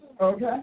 Okay